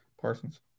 Parsons